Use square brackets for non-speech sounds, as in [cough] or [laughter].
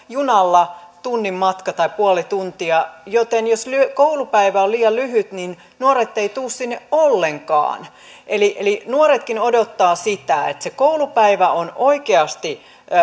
[unintelligible] junalla tunnin matka tai puoli tuntia että jos koulupäivä on liian lyhyt niin nuoret eivät tule sinne ollenkaan eli eli nuoretkin odottavat sitä että se koulupäivä on oikeasti